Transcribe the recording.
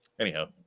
Anyhow